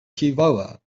chihuahua